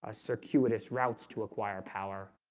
ah circuitous routes to acquire power,